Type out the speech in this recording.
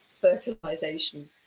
fertilization